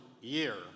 year